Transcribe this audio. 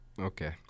Okay